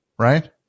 right